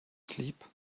sleep